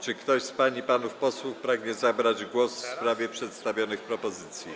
Czy ktoś z pań i panów posłów pragnie zabrać głos w sprawie przedstawionych propozycji?